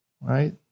Right